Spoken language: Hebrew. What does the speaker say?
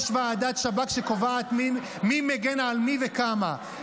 יש ועדת שב"כ שקובעת מי מגן על מי וכמה.